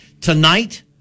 tonight